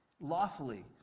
Lawfully